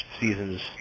season's